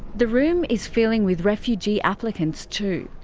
the room is filling with refugee applicants too.